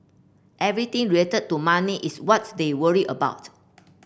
everything related to money is what they worry about